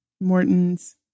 Morton's